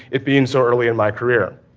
it being so early in my career.